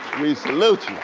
we salute